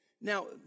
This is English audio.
Now